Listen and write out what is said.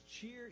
cheer